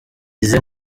izihe